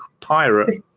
pirate